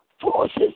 forces